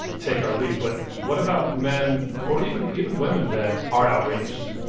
take our lead. but what about men or even even women that are outraged,